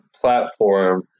platform